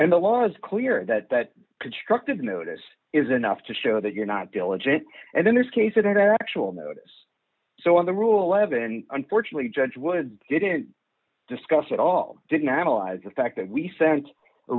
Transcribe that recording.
and the law is clear that that constructive notice is enough to show that you're not diligent and then there's case that actual notice so in the rule levin unfortunately judge was didn't discuss it all didn't analyze the fact that we sent a